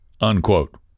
unquote